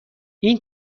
این